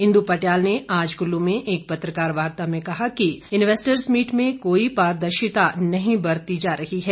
इंद्र पटियाल ने आज कुल्लू में एक पत्रकार वार्ता में कहा कि इन्वेस्टर्स मीट में कोई पारदर्शिता नहीं बरती जा रही है